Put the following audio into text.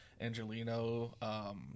Angelino